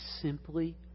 simply